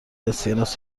اسکناس